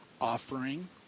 offering